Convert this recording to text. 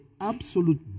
absolute